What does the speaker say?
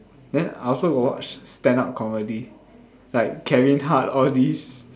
then I also got watch stand up comedy like Kevin Hart all these